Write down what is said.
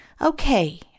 Okay